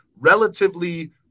relatively